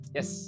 Yes